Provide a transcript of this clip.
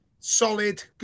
Solid